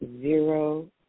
zero